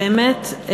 באמת,